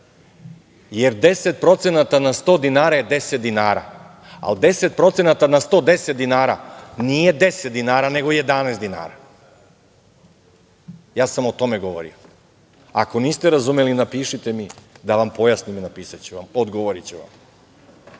jer 10% na 100 dinara je 10 dinara, a 10% na 110 dinara nije 10 dinara, nego 11 dinara. Ja sam o tome govorio. Ako niste razumeli, napišite mi, da vam pojasnim i napisaću vam, odgovoriću vam.